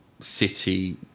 city